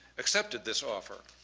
accepted this offer.